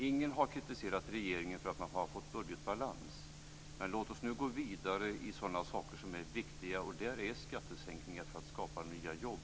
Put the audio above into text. Ingen har kritiserat regeringen för att den har skapat budgetbalans, men låt oss nu gå vidare med sådana saker som är viktiga. Vi kanske kan enas om skattesänkningar för att åstadkomma nya jobb.